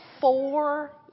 four